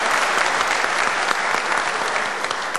(מחיאות כפיים)